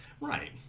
Right